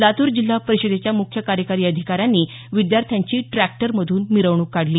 लातूर जिल्हा परिषदेच्या मुख्य कार्यकारी अधिकाऱ्यांनी विद्यार्थ्यांची ट्रॅक्टरमधून मिरवणूक काढली